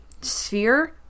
sphere